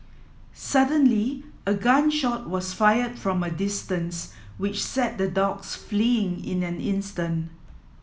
suddenly a gun shot was fired from a distance which sent the dogs fleeing in an instant